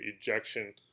ejection